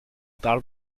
parle